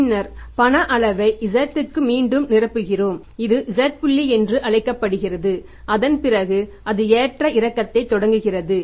பின்னர் பண அளவை z க்கு மீண்டும் நிரப்புகிறோம் இது z புள்ளி என்று அழைக்கப்படுகிறது அதன் பிறகு அது ஏற்ற இறக்கத்தைத் தொடங்குகிறது